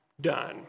done